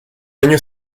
año